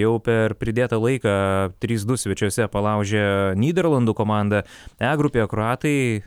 jau per pridėtą laiką trys du svečiuose palaužė nyderlandų komandą e grupėje kroatai